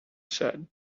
said